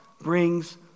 brings